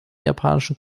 japanischen